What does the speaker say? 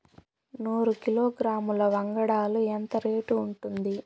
నూరు కిలోగ్రాముల వంగడాలు ఎంత రేటు ఉంటుంది?